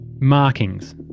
markings